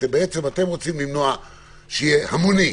אתם רוצים למנוע שיהיה המוני,